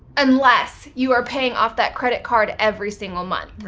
unless you are paying off that credit card every single month.